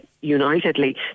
unitedly